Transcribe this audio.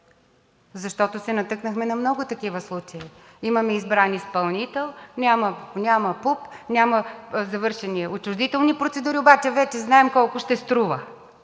защото се натъкнахме на много такива случаи. Имаме избран изпълнител, няма ПУП, няма завършени отчуждителни процедури, обаче вече знаем колко ще струва.